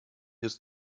ist